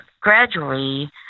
gradually